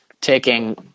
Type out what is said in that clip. taking